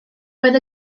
roedd